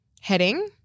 heading